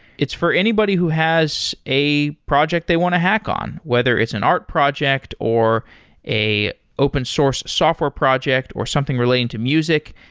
it's for anybody who has a project they want to hack on, whether it's an art project, or an open source software project, or something relating to music.